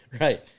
Right